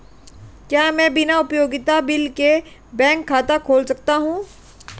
क्या मैं बिना उपयोगिता बिल के बैंक खाता खोल सकता हूँ?